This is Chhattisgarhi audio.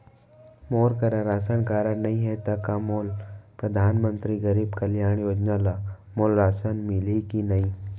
मोर करा राशन कारड नहीं है त का मोल परधानमंतरी गरीब कल्याण योजना ल मोला राशन मिलही कि नहीं?